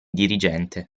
dirigente